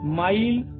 mile